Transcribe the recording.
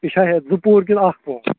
یہِ چھا ہٮ۪تھ زٕ پوٗر کِنہٕ اَکھ پوٚہَر